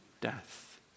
death